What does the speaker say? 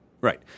Right